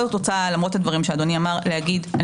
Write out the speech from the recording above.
למרות הדברים שאדוני אמר אני רוצה לומר שאני